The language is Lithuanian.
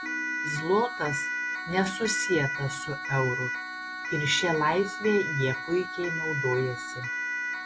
zlotas nesusietas su euru ir šia laisve jie puikiai naudojasi